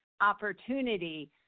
opportunity